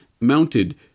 mounted